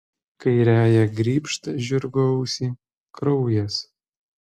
kairiąja grybšt žirgo ausį kraujas